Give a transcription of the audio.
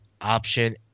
option